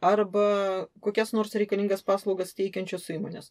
arba kokias nors reikalingas paslaugas teikiančios įmonės